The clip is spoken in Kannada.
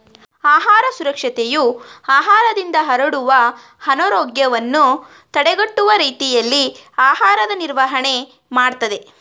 ಆಹಾರ ಸುರಕ್ಷತೆಯು ಆಹಾರದಿಂದ ಹರಡುವ ಅನಾರೋಗ್ಯವನ್ನು ತಡೆಗಟ್ಟುವ ರೀತಿಯಲ್ಲಿ ಆಹಾರದ ನಿರ್ವಹಣೆ ಮಾಡ್ತದೆ